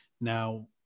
Now